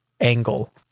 angle